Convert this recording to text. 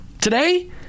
today